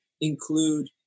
include